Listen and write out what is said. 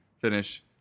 finish